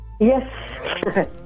Yes